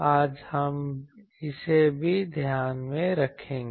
आज हम इसे भी ध्यान में रखेंगे